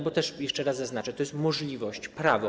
Bo też jeszcze raz zaznaczę: to jest możliwość, prawo.